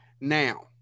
Now